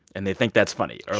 and they think that's funny, or,